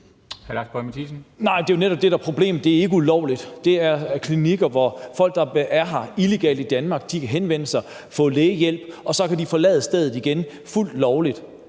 (NB): Det er jo netop det, der er problemet – det er ikke ulovligt. På de her klinikker kan folk, der er illegalt i Danmark, henvende sig og få lægehjælp og forlade stedet igen fuldt lovligt,